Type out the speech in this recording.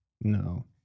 No